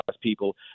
people